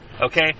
okay